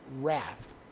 wrath